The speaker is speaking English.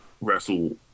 wrestle